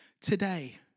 today